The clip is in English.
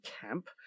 camp